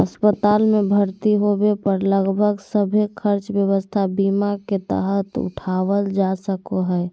अस्पताल मे भर्ती होबे पर लगभग सभे खर्च स्वास्थ्य बीमा के तहत उठावल जा सको हय